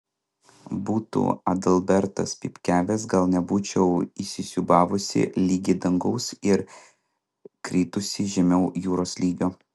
būtų adalbertas pypkiavęs gal nebūčiau įsisiūbavusi ligi dangaus ir kritusi žemiau jūros lygio